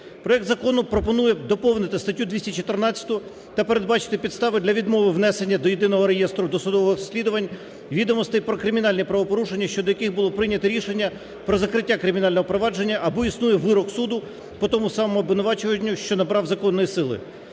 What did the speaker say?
Проект закону пропонує доповнити статтю 214 та передбачити підстави для відмови внесення до Єдиного реєстру досудових розслідувань відомостей про кримінальні правопорушення, щодо яких було прийнято рішення про закриття кримінального провадження, або існує вирок суду по тому самому обвинуваченню, що набрав законної сили.